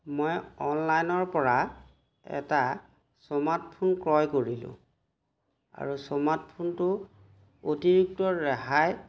মই অনলাইনৰ পৰা এটা স্মাৰ্টফোন ক্ৰয় কৰিলোঁ আৰু স্মাৰ্টফোনটো অতিৰিক্ত ৰেহাই